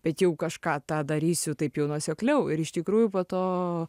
bent jau kažką tą darysiu taip jau nuosekliau ir iš tikrųjų po to